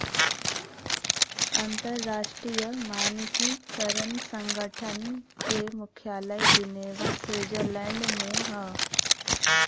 अंतर्राष्ट्रीय मानकीकरण संगठन क मुख्यालय जिनेवा स्विट्जरलैंड में हौ